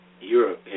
Europe